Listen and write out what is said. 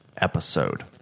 episode